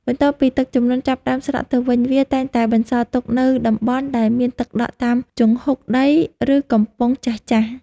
បន្ទាប់ពីទឹកជំនន់ចាប់ផ្តើមស្រកទៅវិញវាតែងតែបន្សល់ទុកនូវតំបន់ដែលមានទឹកដក់តាមជង្ហុកដី ឬកំប៉ុងចាស់ៗ។